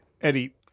Eddie